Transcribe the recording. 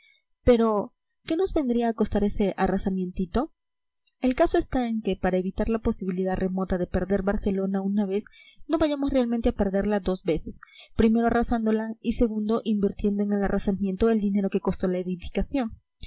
pero qué nos vendría a costar ese arrasamientito el caso está en que para evitar la posibilidad remota de perder barcelona una vez no vayamos realmente a perderla dos veces primero arrasándola y segundo invirtiendo en el arrasamiento el dinero que costó la edificación